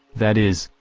that is,